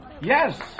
Yes